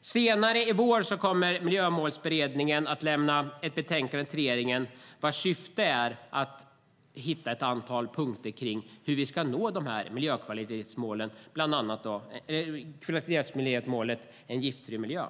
Senare i vår kommer Miljömålsberedningen att lämna ett betänkande till regeringen vars syfte är att hitta ett antal punkter kring hur vi ska nå miljökvalitetsmålen, bland annat målet om en giftfri miljö.